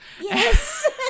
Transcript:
Yes